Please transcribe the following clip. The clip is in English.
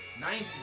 Ninth